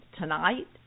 tonight